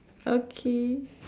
okay